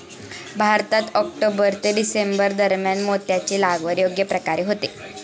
भारतात ऑक्टोबर ते डिसेंबर दरम्यान मोत्याची लागवड योग्य प्रकारे होते